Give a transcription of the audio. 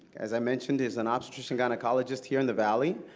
as i mentioned, is an obstetrician gynecologist here in the valley.